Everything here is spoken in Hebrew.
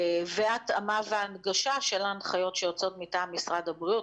והתאמה והנגשה של ההנחיות שיוצאות מטעם משרד הבריאות,